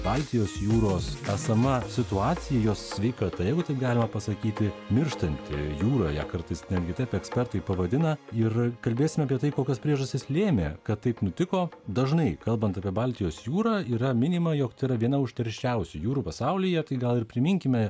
baltijos jūros esama situacija jos sveikata jeigu taip galima pasakyti mirštanti jūra ją kartais netgi taip ekspertai pavadina ir kalbėsim apie tai kokios priežastys lėmė kad taip nutiko dažnai kalbant apie baltijos jūrą yra minima jog tai yra viena užterščiausių jūrų pasaulyje tai gal ir priminkime